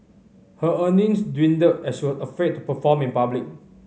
her earnings dwindled as she was afraid to perform in public